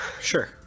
sure